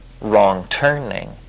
wrong-turning